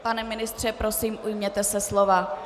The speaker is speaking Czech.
Pane ministře, prosím, ujměte se slova.